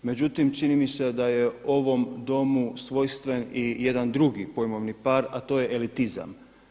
Međutim, čini mi se da je ovom Domu svojstven i jedan drugi pojmovni par, a to je elitizam.